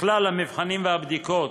כלל המבחנים והבדיקות